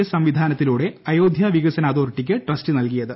S സംവിധാനത്തിലൂടെ അയോധ്യാ വികസന അതോറിറ്റിക്ക് ട്രസ്റ്റ് നൽകിയത്